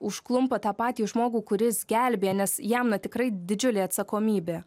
užklumpa tą patį žmogų kuris gelbėja nes jam na tikrai didžiulė atsakomybė